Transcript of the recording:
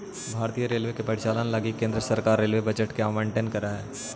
भारतीय रेलवे के परिचालन लगी केंद्र सरकार रेलवे बजट के आवंटन करऽ हई